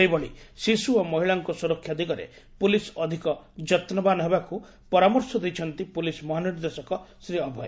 ସେହିଭଳି ଶିଶୁ ଓ ମହିଳାଙ୍କ ସୁରକ୍ଷା ଦିଗରେ ପୁଲିସ୍ ଅଧିକ ଯତ୍ୱବାନ୍ ହେବାକୁ ପରାମର୍ଶ ଦେଇଛନ୍ତି ପୁଲିସ୍ ମହାନିର୍ଦ୍ଦେଶକ ଶ୍ରୀ ଅଭୟ